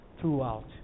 throughout